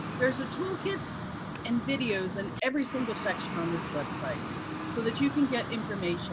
there is a toolkit and videos in every single section on this website so that you can get information